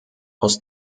aus